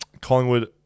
Collingwood